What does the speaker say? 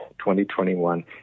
2021